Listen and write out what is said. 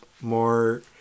more